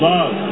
Love